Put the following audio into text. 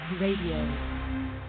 radio